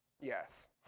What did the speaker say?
yes